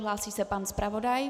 Hlásí se pan zpravodaj.